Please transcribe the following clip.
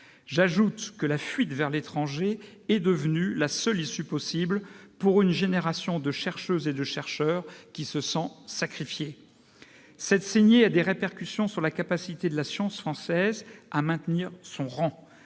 J'ajoute que la fuite vers l'étranger est devenue la seule issue possible pour une génération de chercheuses et de chercheurs qui se sent sacrifiée. Cette saignée a des répercussions sur la capacité de la science française à maintenir son rang.